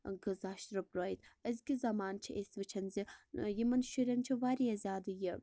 غذا شرٔپرٲوِتھ أزکہِ زمانہٕ چھِ أسۍ وُچھان زِ یمن شُرٮ۪ن چھِ واریاہ زیادٕ یہِ